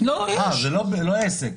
זה לא עסק?